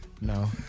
No